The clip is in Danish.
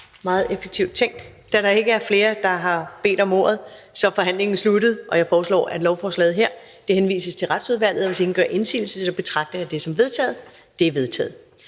justitsministeren, og da der ikke flere, der har bedt om ordet, er forhandlingen er sluttet. Jeg foreslår, at lovforslaget her henvises til Retsudvalget. Hvis ingen gør indsigelse, betragter jeg det som vedtaget. Det er vedtaget.